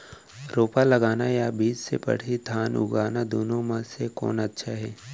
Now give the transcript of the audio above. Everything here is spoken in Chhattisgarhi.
रोपा लगाना या बीज से पड़ही धान उगाना दुनो म से कोन अच्छा हे?